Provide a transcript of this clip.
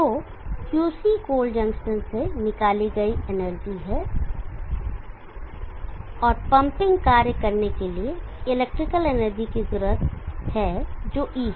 तो Qc cold junction से निकाली गई एनर्जी है और पंपिंग कार्य करने के लिए इलेक्ट्रिकल एनर्जी की जरूरत है जो E है